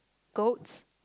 goats